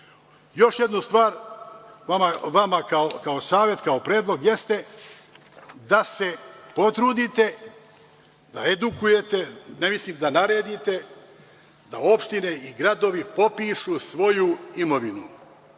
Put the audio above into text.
jednu stvar vama kao savet, kao predlog jeste da se potrudite da edukujete, ne mislim da naredite, da opštine i gradovi popišu svoju imovinu.